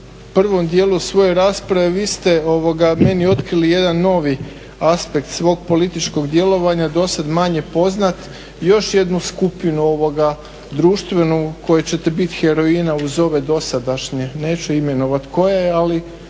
prvom dijelu svoje rasprave vi ste meni otkrili jedan novi aspekt svog političkog djelovanja do sada manje poznat, još jednu skupinu društvenu koje ćete biti heroina uz ove dosadašnje, neću imenovati koje, ali